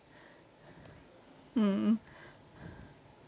mm